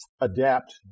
adapt